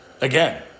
again